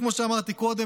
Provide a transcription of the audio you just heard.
כמו שאמרתי קודם,